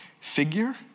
figure